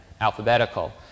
alphabetical